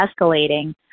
escalating